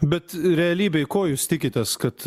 bet realybėj ko jūs tikitės kad